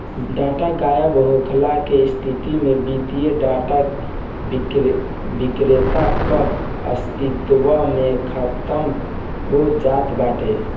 data गायब होखला के स्थिति में वित्तीय डाटा विक्रेता कअ अस्तित्व भी खतम हो जात बाटे